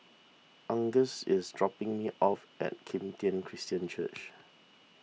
Angus is dropping me off at Kim Tian Christian Church